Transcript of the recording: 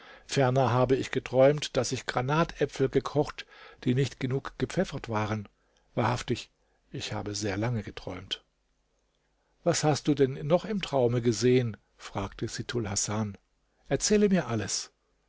ferner habe ich geträumt daß ich granatäpfel gekocht die nicht genug gepfeffert waren wahrhaftig ich habe sehr lange geträumt was hast du denn noch im traume gesehen fragte sittulhasan erzähle mir alles